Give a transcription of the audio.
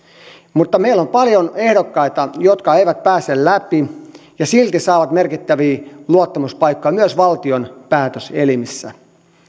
mutta meillä on paljon ehdokkaita jotka eivät pääse läpi ja silti saavat merkittäviä luottamuspaikkoja myös valtion päätöselimissä